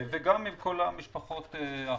וגם לכל המשפחות האחרות,